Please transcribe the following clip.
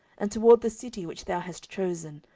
and toward the city which thou hast chosen,